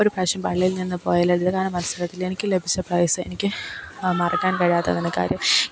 ഒരു പ്രാവശ്യം പള്ളിയിൽ നിന്ന് പോയ ലളിതഗാന മത്സരത്തിൽ എനിക്ക് ലഭിച്ച പ്രൈസ് എനിക്ക് മറക്കാൻ കഴിയാത്ത അതിനു കാര്യം